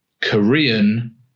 Korean